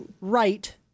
right